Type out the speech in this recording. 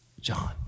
John